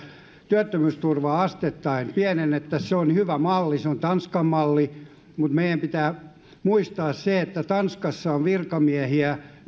työttömyysturvaa asteittain pienennettäisiin se on hyvä malli se on tanskan malli mutta meidän pitää muistaa se että tanskassa on virkamiehiä yksi